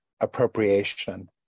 appropriation